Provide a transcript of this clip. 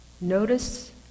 Notice